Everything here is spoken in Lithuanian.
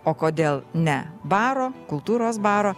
o kodėl ne baro kultūros baro